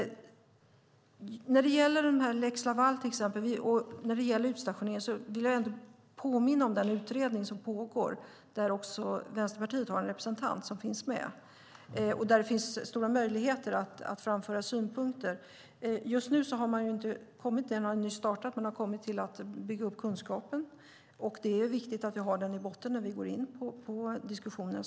När det gäller lex Laval och utstationering vill jag ändå påminna om den utredning som pågår. Där har också Vänsterpartiet en representant. I denna utredning finns det stora möjligheter att framföra synpunkter. Utredningen har nyss påbörjats, och man håller på att bygga upp kunskap. Det är viktigt att ha den i botten när vi går in i diskussioner.